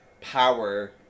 power